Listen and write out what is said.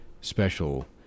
special